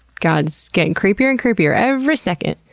god, it's getting creepier and creepier every second.